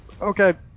okay